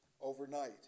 overnight